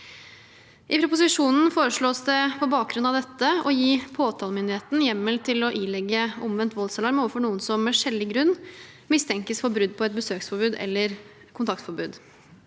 I proposisjonen foreslås det, på bakgrunn av dette, å gi påtalemyndigheten hjemmel til å ilegge omvendt voldsalarm overfor noen som med skjellig grunn mistenkes for brudd på et besøksforbud eller kontaktforbud.